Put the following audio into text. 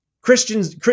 Christians